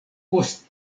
post